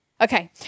Okay